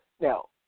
Now